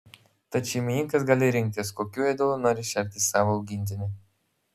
tad šeimininkas gali rinktis kokiu ėdalu nori šerti savo augintinį